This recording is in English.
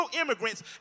immigrants